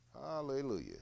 hallelujah